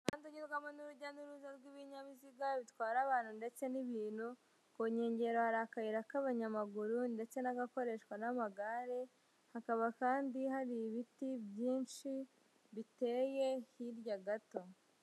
Umuhanda unyurwamo n'urujya n'uruza rw'ibinyabiziga bitwara abantu ndetse n'ibintu, ku nkengero hari akayira k'abanyamaguru ndetse n'agakoreshwa n'amagare, hakaba kandi hari ibiti byinshi biteye hirya gato.